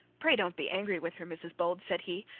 pray don't be angry with her, mrs bold said he,